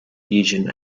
fusion